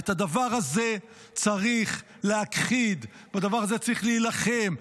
ואת הדבר הזה צריך להכחיד, בדבר הזה צריך להילחם.